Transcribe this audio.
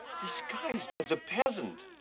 disguised as a peasant?